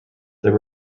there